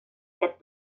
aquest